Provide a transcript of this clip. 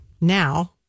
now